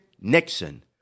Nixon